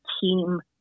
team